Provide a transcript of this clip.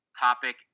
topic